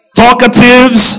talkatives